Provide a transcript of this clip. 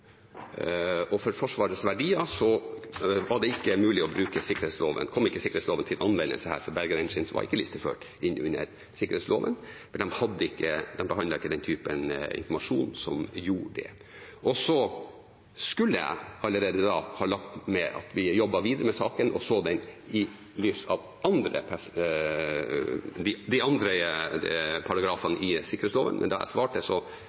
og for Forsvarets verdier var det ikke mulig å bruke sikkerhetsloven, den kom ikke til anvendelse her. Bergen Engines var ikke listeført under sikkerhetsloven, for de behandlet ikke den typen informasjon som gjorde at den var det. Så skulle jeg allerede da ha lagt til at vi jobbet videre med saken og så den i lys av de andre paragrafene i sikkerhetsloven, men akkurat da jeg svarte,